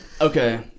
Okay